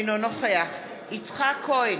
אינו נוכח יצחק כהן,